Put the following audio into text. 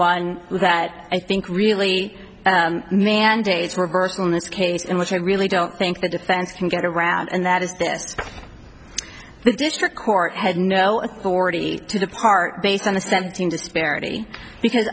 one that i think really mandates reversal in this case and which i really don't think the defense can get around and that is this the district court had no authority to depart based on the seventeen disparity because